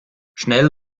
schnell